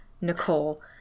Nicole